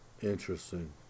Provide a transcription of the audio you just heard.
Interesting